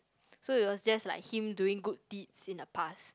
so it was just like him doing good deeds in the past